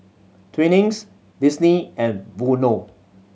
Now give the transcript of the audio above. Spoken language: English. Twinings Disney and Vono